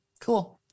Cool